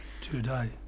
today